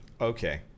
Okay